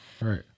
Right